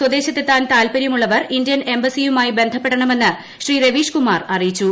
സ്വദേശത്ത് എത്താൻ താൽപര്യമുള്ളവർ ഇന്ത്യൻ എംബസിയുമായി ബന്ധപ്പെടണമെന്ന് ശ്രീ രവീഷ്കുമാർ അറിയിച്ചു